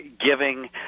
giving